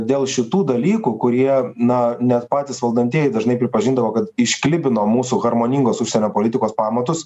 dėl šitų dalykų kurie na net patys valdantieji dažnai pripažindavo kad išklibino mūsų harmoningos užsienio politikos pamatus